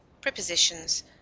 Prepositions